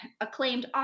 acclaimed